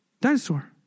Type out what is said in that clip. dinosaur